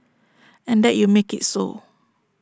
and that you make IT so